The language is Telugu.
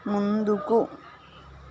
ముందుకు